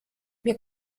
mir